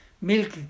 milk